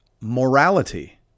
morality